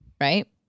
right